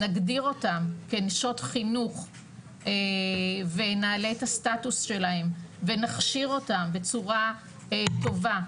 נגדיר אותם כנשות חינוך ונעלה את הסטטוס שלהם ונכשיר אותם בצורה טובה,